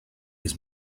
his